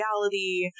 reality